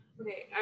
Okay